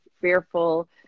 fearful